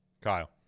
Kyle